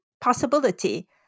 possibility